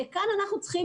וכאן אנחנו צריכים